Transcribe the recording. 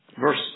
Verse